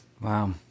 Wow